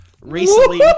Recently-